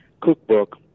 cookbook